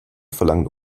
verlangen